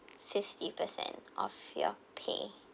fifty percent of your pay